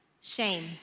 shame